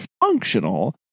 functional